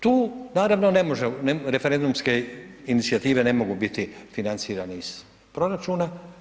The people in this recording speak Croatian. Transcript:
Tu naravno ne može referendumske inicijative ne mogu biti financirane iz proračuna.